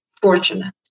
fortunate